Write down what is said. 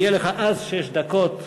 יהיו לך אז שש דקות.